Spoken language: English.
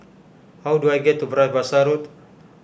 how do I get to Bras Basah Road